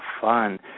fun